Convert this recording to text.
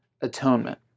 Atonement